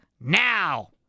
now